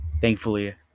Thankfully